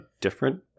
different